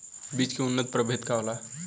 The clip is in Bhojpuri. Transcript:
बीज के उन्नत प्रभेद का होला?